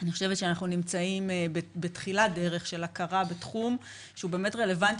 אני חושבת שאנחנו נמצאים בתחילת דרך של הכרה בתחום שהוא באמת רלוונטי,